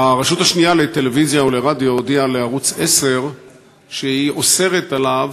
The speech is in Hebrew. הרשות השנייה לטלוויזיה ולרדיו הודיעה לערוץ 10 שהיא אוסרת עליו,